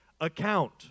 account